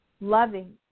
loving